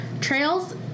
Trails